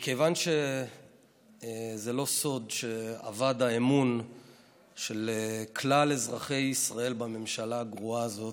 מכיוון שזה לא סוד שאבד האמון של כלל אזרחי ישראל בממשלה הגרועה הזאת,